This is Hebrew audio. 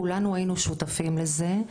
כולנו היינו שותפים לזה,